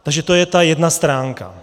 Takže to je ta jedna stránka.